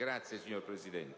*(Applausi dal